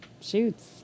shoots